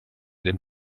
den